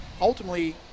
ultimately